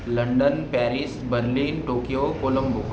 London Paris Berlin Tokyo Colombo